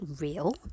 real